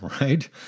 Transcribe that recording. right